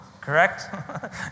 correct